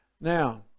Now